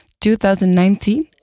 2019